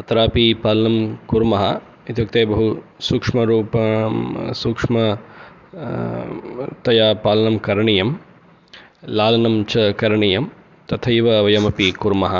अत्रापि पालनं कुर्मः इत्युक्ते बहु सूक्ष्म तया पालनं करणीयं लालनं च करणीयं तथैव वयमपि कुर्मः